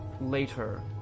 later